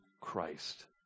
Christ